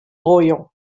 loyal